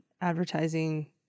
advertising